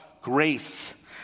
grace